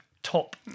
top